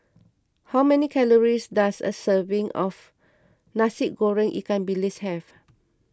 how many calories does a serving of Nasi Goreng Ikan Bilis have